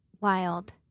wild